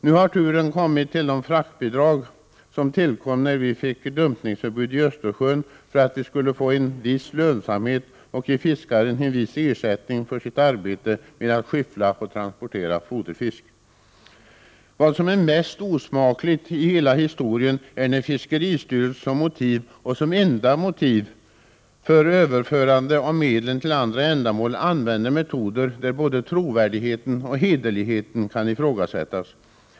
Nu har turen kommit till de fraktbidrag som tillkom när vi fick dumpningsförbudet i Östersjön för att vi skulle få en viss lönsamhet och för att ge fiskaren en viss ersättning för hans arbete med att skyffla och transportera foderfisk. Vad som är mest osmakligt i hela historien är att fiskeristyrelsen som enda motiv för överförande av medlen till andra ändamål använder metoder där både trovärdigheten och hederligheten kan ifrågasättas.